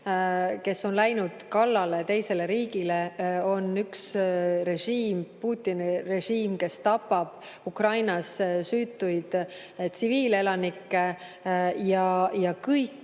kes on läinud kallale teisele riigile. On üks režiim, Putini režiim, kes tapab Ukrainas süütuid tsiviilelanikke, ja kõik,